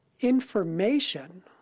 information